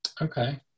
Okay